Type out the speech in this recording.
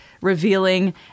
revealing